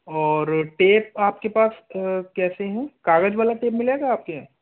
और टेप आपके पास कैसे हैं कागज वाला टेप मिलेगा आपके यहाँ